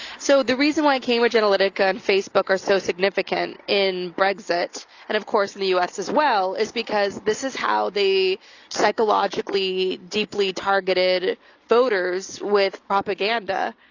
so the reason why, cambridge analytica and facebook are so significant in brexit and of course in the us as well is because this is how they psychologically deeply targeted voters with propaganda.